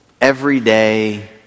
everyday